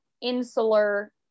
insular